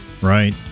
Right